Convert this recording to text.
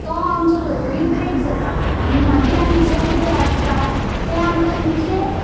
तो आमचे खंय तरी ब्रेक जाता आनी मागीर आमी जें कितें वाचता तें आमकां तितलें